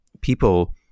people